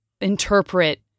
interpret